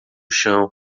chão